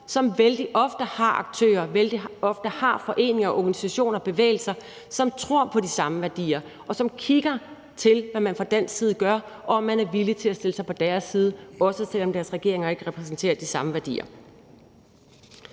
ofte har foreninger, organisationer og bevægelser, som tror på de samme værdier, og som kigger til, hvad man fra dansk side gør, og om man er villig til at stille sig på deres side, også selv om deres regeringer ikke repræsenterer de samme værdier.